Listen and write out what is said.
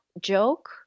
joke